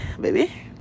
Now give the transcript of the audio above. baby